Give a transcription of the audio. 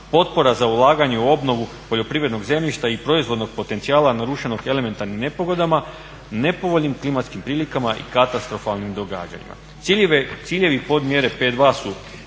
potpora za ulaganje u obnovu poljoprivrednog zemljišta i proizvodnog potencijala narušenog elementarnim nepogodama nepovoljnim klimatskim prilikama i katastrofalnim događanjima. Ciljevi i podmjere 5.2 su